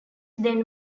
then